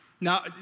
Now